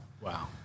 Wow